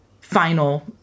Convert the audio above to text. final